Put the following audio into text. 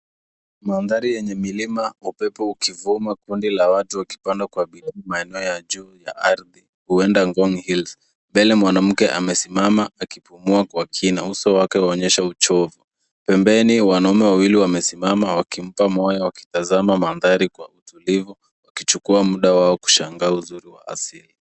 Mandhari yenye milima, upepo ukivuma, kundi la watu wakipanda kwenye maeneo ya juu ya ardhi, huenda Ngong hills. Mbele mwanamke amesimama akipumua Kwa kina. Uso wake unaonyesha uchovu. Pembeni wanaume wawili wamesimama wakimpa moyo wakitazama mandhari Kwa utulivuwa, kichukua muda wao kushangaa uzuri wa asili.